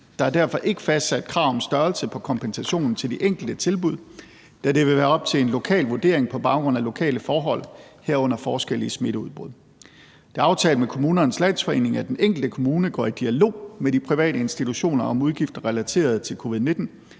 Der er derfor ikke fastsat krav om størrelsen på kompensationen til de enkelte tilbud, da det vil være op til en lokal vurdering på baggrund af lokale forhold, herunder forskelle i smitteudbrud. Det er aftalt med Kommunernes Landsforening, at den enkelte kommune går i dialog med de private institutioner om udgifter relateret til covid-19